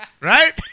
right